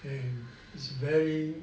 and it's very